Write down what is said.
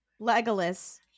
Legolas